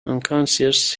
unconscious